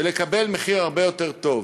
ולקבל מחיר הרבה יותר טוב.